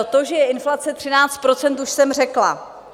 To, že je inflace 13 %, už jsem řekla.